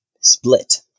Split